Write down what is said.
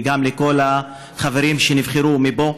וגם לכל החברים שנבחרו מפה.